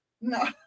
No